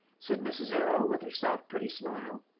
said mrs. errol, with her soft, pretty smile.